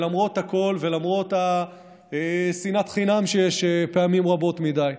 למרות הכול ולמרות שנאת החינם שיש פעמים רבות מדי,